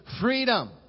freedom